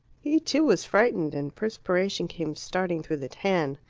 he, too, was frightened, and perspiration came starting through the tan.